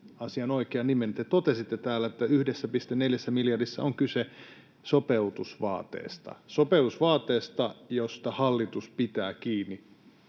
asian oikean nimen: te totesitte täällä, että 1,4 miljardissa on kyse sopeutusvaateesta — sopeutusvaateesta, josta hallitus pitää kiinni.